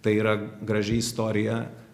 tai yra graži istorija